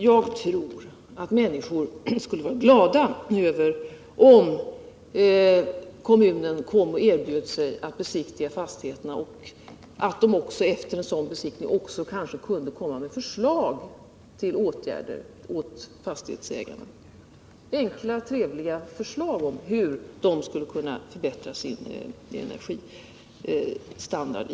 Jag tror att människor skulle bli glada om kommunerna erbjöd sig att besiktiga deras fastigheter och efter en sådan besiktning också kunde komma med förslag till fastighetsägaren om åtgärder — enkla förslag om hur man skulle kunna förbättra fastighetens energistandard.